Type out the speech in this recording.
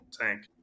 tank